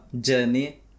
journey